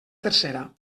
tercera